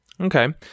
Okay